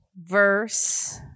verse